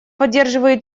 поддерживаю